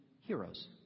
heroes